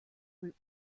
brute